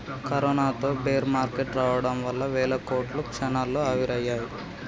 కరోనాతో bear market రావడం వల్ల వేల కోట్లు క్షణాల్లో ఆవిరయ్యాయి